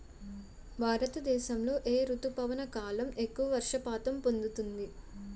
భారతదేశంలో ఏ రుతుపవన కాలం ఎక్కువ వర్షపాతం పొందుతుంది?